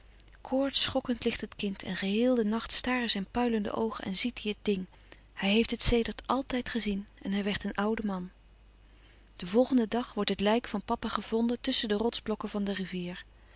koortsschokkend ligt het kind en geheel den nacht staren zijn puilende oogen en ziet hij het ding hij heeft het sedert altijd gezien en hij werd een oude man den volgenden dag wordt het lijk van papa gevonden tusschen de rotsblokken van de rivier